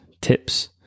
tips